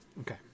Okay